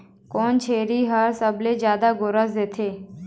कोन छेरी हर सबले जादा गोरस देथे?